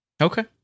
Okay